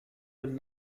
with